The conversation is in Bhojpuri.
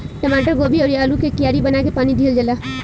टमाटर, गोभी अउरी आलू के कियारी बना के पानी दिहल जाला